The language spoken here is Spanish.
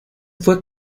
fue